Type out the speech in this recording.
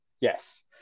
yes